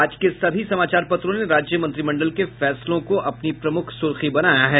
आज के सभी समाचार पत्रों ने राज्य मंत्रिमंडल के फैसलों को अपनी प्रमुख सुर्खी बनायी है